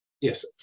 Yes